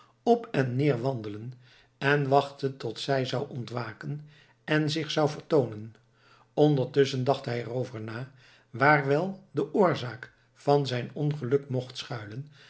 op en neer wandelen en wachtte tot zij zou ontwaken en zich zou vertoonen ondertusschen dacht hij erover na waar wel de oorzaak van zijn ongeluk mocht schuilen